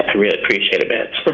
really appreciate it, man. but